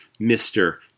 Mr